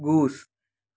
goose